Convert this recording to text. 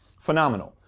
phenomenal.